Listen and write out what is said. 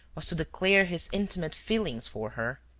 was to declare his intimate feelings for her.